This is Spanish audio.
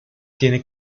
tiene